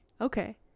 Okay